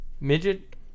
midget